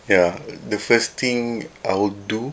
ya the first thing I will do